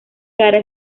kara